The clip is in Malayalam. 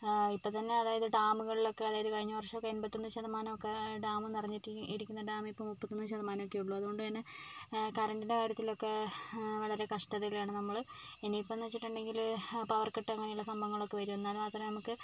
ഇപ്പം തന്നെ അതായത് ഡാമുകളിലൊക്കെ അതായത് കഴിഞ്ഞ വർഷം ഒക്കെ എൺപത്തിയൊന്ന് ശതമാനം ഒക്കെ ഡാം നിറഞ്ഞിട്ട് ഇ ഇരിക്കുന്ന ഡാം ഇപ്പോൾ മുപ്പത്തിയൊന്ന് ശതമാനം ഒക്കെ ഉള്ളൂ അതുകൊണ്ട് തന്നെ കറൻറ്റിന്റെ കാര്യത്തിലൊക്കെ വളരെ കഷ്ടതയിലാണ് നമ്മൽ ഇനി ഇപ്പോൾ എന്ന് വെച്ചിട്ടുണ്ടെങ്കിൽ പവർ കട്ട് അങ്ങനെയുള്ള സംഭവങ്ങളൊക്കെ വരും എന്നാൽ മാത്രമേ നമുക്ക്